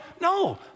no